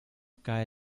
cae